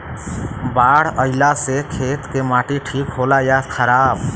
बाढ़ अईला से खेत के माटी ठीक होला या खराब?